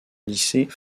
lycée